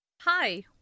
Hi